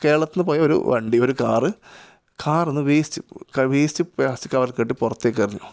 കേരളത്തിൽ നിന്നു പോയ ഒരു വണ്ടി ഒരു കാറ് കാറിൽ നിന്ന് വേസ്റ്റ് വേസ്റ്റ് പ്ലാസ്റ്റിക് കവറില് കെട്ടി പുറത്തേക്കെറിഞ്ഞു